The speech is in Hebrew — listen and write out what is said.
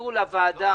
שתסבירו לוועדה,